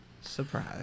Surprise